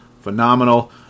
phenomenal